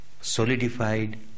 solidified